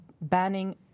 banning